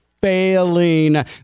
failing